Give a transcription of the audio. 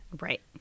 right